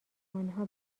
آنها